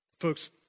folks